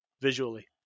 visually